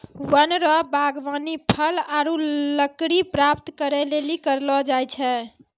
वन रो वागबानी फल आरु लकड़ी प्राप्त करै लेली करलो जाय छै